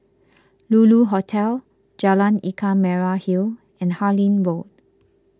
Lulu Hotel Jalan Ikan Merah Hill and Harlyn Road